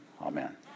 Amen